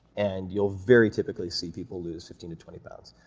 and you'll very typically see people lose fifteen to twenty pounds.